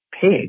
pig